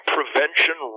Prevention